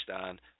on